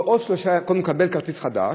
קודם כול, קבל כרטיס חדש,